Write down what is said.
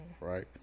Right